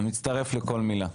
אני מצטרף לכל מילה.